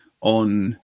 on